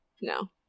no